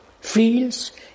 feels